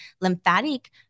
lymphatic